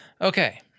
Okay